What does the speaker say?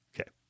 Okay